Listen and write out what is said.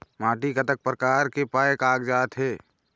माटी कतक प्रकार के पाये कागजात हे?